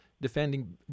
defending